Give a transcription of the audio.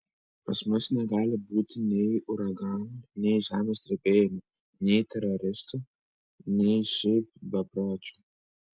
pas mus negali būti nei uraganų nei žemės drebėjimų nei teroristų nei šiaip bepročių